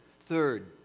third